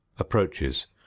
approaches